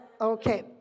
okay